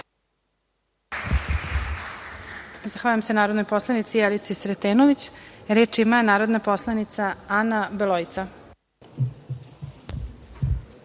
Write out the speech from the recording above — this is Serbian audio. Zahvaljujem se narodnoj poslanici Jelici Sretenović. Reč ima narodna poslanica Ana